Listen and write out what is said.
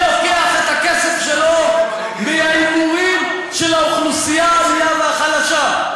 שלוקח את הכסף שלו מההימורים של האוכלוסייה הענייה והחלשה.